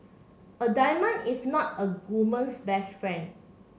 a diamond is not a woman's best friend